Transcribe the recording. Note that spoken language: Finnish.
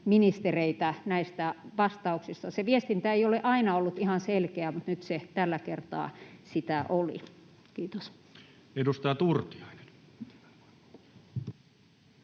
ministereitä näistä vastauksista. Se viestintä ei ole aina ollut ihan selkeää, mutta nyt se tällä kertaa sitä oli. — Kiitos. [Speech